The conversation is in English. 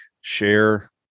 share